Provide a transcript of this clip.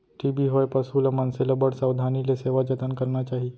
TB होए पसु ल, मनसे ल बड़ सावधानी ले सेवा जतन करना चाही